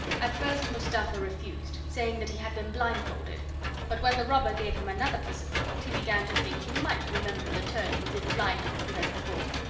at first mustapha refused, saying that he had been blindfolded but when the robber gave him another piece of gold he began to think he might remember the turnings if blindfolded as before.